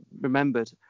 remembered